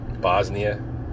Bosnia